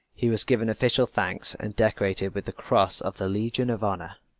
he was given official thanks, and decorated with the cross of the legion of honor.